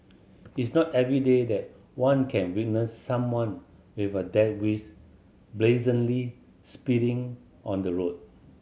it's not everyday that one can witness someone with a death wish brazenly speeding on the road